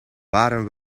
waren